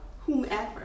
whomever